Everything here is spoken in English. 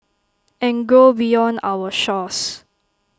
and grow beyond our shores